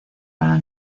para